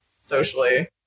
socially